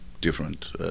different